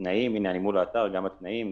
אני מול האתר גם התנאים,